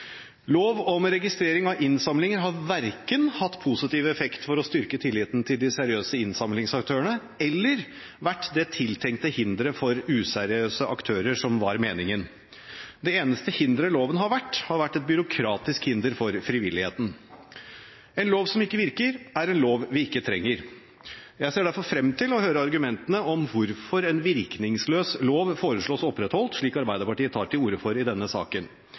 Lov om registrering av innsamlinger har verken hatt positiv effekt for å styrke tilliten til de seriøse innsamlingsaktørene eller vært det tiltenkte hinderet for useriøse aktører, som var meningen. Det eneste hinderet loven har vært, har vært et byråkratisk hinder for frivilligheten. En lov som ikke virker, er en lov vi ikke trenger. Jeg ser derfor frem til å høre argumentene om hvorfor en virkningsløs lov foreslås opprettholdt, slik Arbeiderpartiet tar til orde for i denne saken.